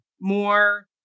more